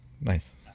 nice